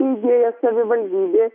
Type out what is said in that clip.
įdėja savivaldybės